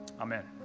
Amen